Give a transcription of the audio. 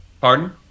Pardon